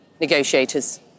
negotiators